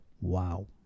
Wow